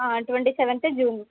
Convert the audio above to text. twenty seventh June